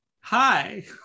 hi